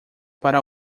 para